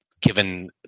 given